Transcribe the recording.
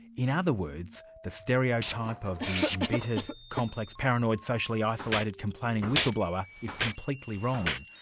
in other words, the stereotype of the embittered, complex, paranoid, socially isolated, complaining whistleblower, is completely wrong.